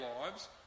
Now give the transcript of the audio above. lives